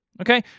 okay